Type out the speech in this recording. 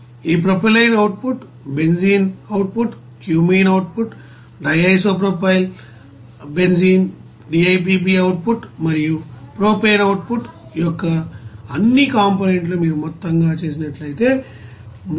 ఈ propylene output benzene output cumene output DIPBఅవుట్ పుట్ మరియు ప్రొపేన్ అవుట్ పుట్ యొక్క అన్ని కాంపోనెంట్ లను మీరు మొత్తం గా చేసినట్లయితే 384